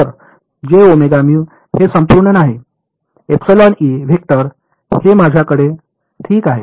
तर हे संपूर्ण नाही वेक्टर हे माझ्यासाठी ठीक आहे